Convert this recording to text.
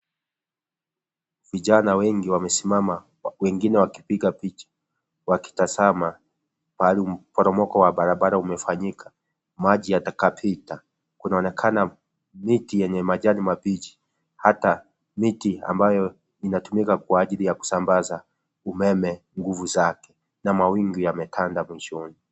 Vijana wengi wamesimama wengine wakipiga picha , wakitazama pahali mporomoko wa barabara umefanyika maji yatakapita kunaonekana miti yenye majani mabichi hata miti ambayo inatumika kwa ajili ya kusambaza umeme nguvu zake na mawingu yametanda mwishoni.